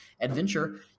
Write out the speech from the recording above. adventure